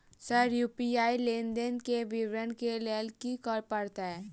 Sir UPI लेनदेन केँ विवरण केँ लेल की करऽ परतै?